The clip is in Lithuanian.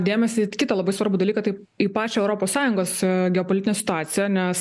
dėmesį į kitą labai svarbų dalyką tai į pačią europos sąjungos geopolitinę situaciją nes